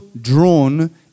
drawn